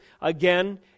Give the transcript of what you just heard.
again